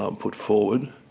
um put forward.